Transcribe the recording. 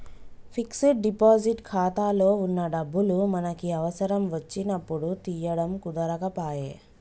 fixed deposit ఖాతాలో వున్న డబ్బులు మనకి అవసరం వచ్చినప్పుడు తీయడం కుదరకపాయె